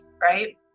right